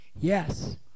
Yes